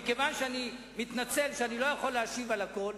אני מתנצל שאני לא יכול להשיב על הכול,